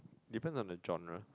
depends on the genre